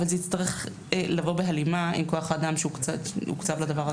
אבל זה יצטרך לבוא בהלימה עם כוח האדם שהוקצב לדבר הזה.